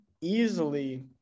easily